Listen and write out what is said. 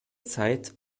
zeit